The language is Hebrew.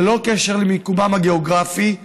ללא קשר למקומם הגיאוגרפי,